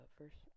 first